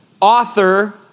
author